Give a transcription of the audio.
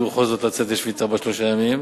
בכל זאת לצאת לשביתה בת שלושה ימים.